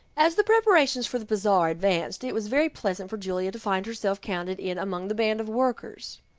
as the preparations for the bazaar advanced it was very pleasant for julia to find herself counted in among the band of workers.